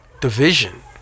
Division